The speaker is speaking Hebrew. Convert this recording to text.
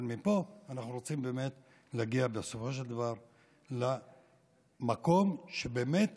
אבל מפה אנחנו רוצים להגיע בסופו של דבר למקום שבאמת